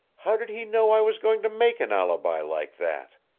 how did he know i was going to make an alibi like that?